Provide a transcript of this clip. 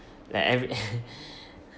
like every